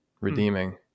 redeeming